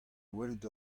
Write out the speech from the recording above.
welet